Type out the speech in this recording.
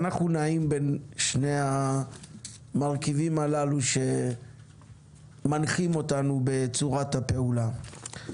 אנחנו נעים בין שני המרכיבים הללו שמנחים אותנו בצורת הפעולה.